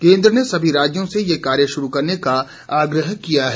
केन्द्र ने सभी राज्यों से ये कार्य शुरू करने का आग्रह किया है